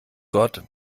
gott